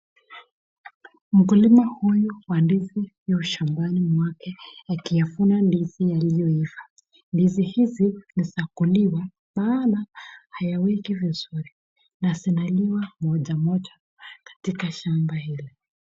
Mkulima huyu wa ndizi yu shambani mwake akiyavuna ndizi yaliyoiva. Ndizi hizi ni za kuliwa maana ayaweke vizuri na zinaliwa moja moja katika shamba hili.